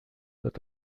wird